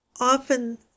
often